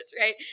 Right